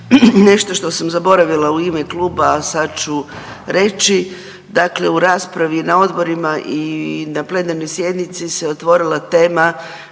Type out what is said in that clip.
nešto što sam zaboravila u ime kluba a sad ću reći, dakle u raspravi na odborima i na plenarnoj sjednici se otvorila tema